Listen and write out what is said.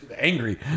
angry